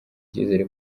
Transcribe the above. icyizere